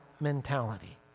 mentality